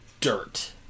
dirt